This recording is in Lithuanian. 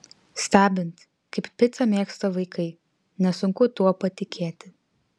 stebint kaip picą mėgsta vaikai nesunku tuo patikėti